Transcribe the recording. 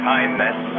Kindness